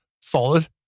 Solid